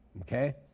okay